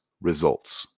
Results